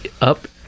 up